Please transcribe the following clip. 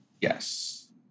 Yes